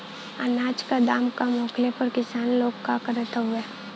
अनाज क दाम कम होखले पर किसान लोग का करत हवे?